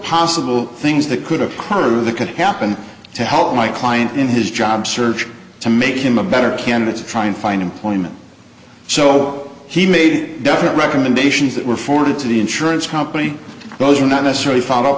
possible things that could occur that could happen to help my client in his job search to make him a better candidate to try and find employment so he made definite recommendations that were forwarded to the insurance company those are not necessary follow